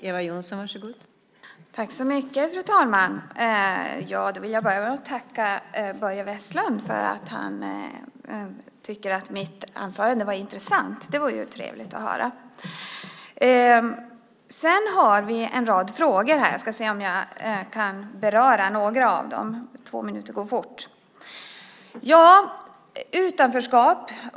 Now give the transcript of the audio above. Fru talman! Jag vill börja med att tacka Börje Vestlund för att han tycker att mitt anförande var intressant. Det var trevligt att höra. Jag fick en rad frågor. Jag ska se om jag kan beröra några av dem, för två minuter går fort.